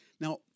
Now